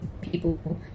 people